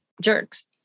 jerks